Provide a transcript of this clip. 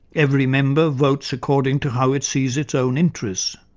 every member votes according to how it sees its own interests.